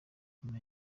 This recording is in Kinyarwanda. nyuma